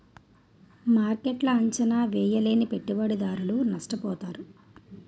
మార్కెట్ను అంచనా వేయలేని పెట్టుబడిదారులు నష్టపోతారు